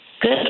Good